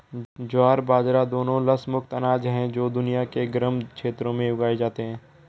ज्वार बाजरा दोनों लस मुक्त अनाज हैं जो दुनिया के गर्म क्षेत्रों में उगाए जाते हैं